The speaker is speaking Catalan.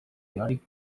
teòric